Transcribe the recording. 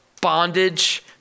bondage